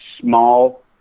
small